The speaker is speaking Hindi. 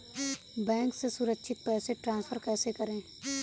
बैंक से सुरक्षित पैसे ट्रांसफर कैसे करें?